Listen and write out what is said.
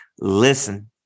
listen